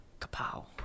Kapow